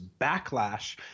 backlash